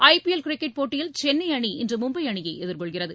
ஐ P L cricket போட்டியில் சென்னை அணி இன்று மும்பை அணியை எதிர்கொள்கிறது